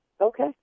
Okay